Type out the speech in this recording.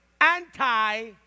anti